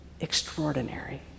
extraordinary